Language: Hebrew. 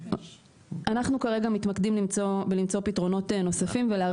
אנחנו כרגע מתמקדים בלמצוא פתרונות נוספים ולהרחיב את הפתרונות.